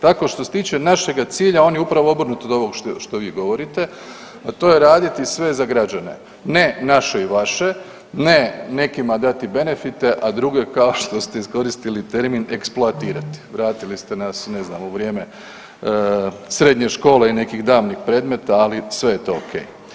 Tako što se tiče našega cilja on je upravo obrnut od ovog što vi govorite, a to je raditi sve za građane, ne naše i vaše, ne nekima dati benefite, a druge kao što ste iskoristili termin eksploatirati, vratili ste nas ne znam u vrijeme srednje škole i nekih davnih predmeta, ali sve je to ok.